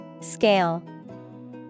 scale